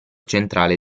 centrale